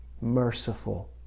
merciful